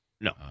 no